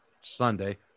Sunday